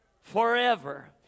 Forever